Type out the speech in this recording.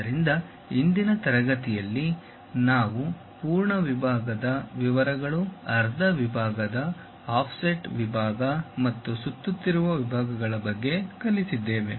ಆದ್ದರಿಂದ ಇಂದಿನ ತರಗತಿಯಲ್ಲಿ ನಾವು ಪೂರ್ಣ ವಿಭಾಗದ ವಿವರಗಳು ಅರ್ಧ ವಿಭಾಗ ಆಫ್ಸೆಟ್ ವಿಭಾಗ ಮತ್ತು ಸುತ್ತುತ್ತಿರುವ ವಿಭಾಗಗಳ ಬಗ್ಗೆ ಕಲಿತಿದ್ದೇವೆ